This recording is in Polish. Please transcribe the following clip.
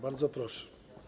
Bardzo proszę.